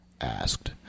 Asked